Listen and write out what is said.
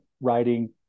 writing